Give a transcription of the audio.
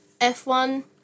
F1